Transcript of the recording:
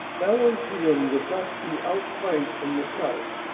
valenciennes would thus be outflanked from the south.